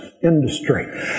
Industry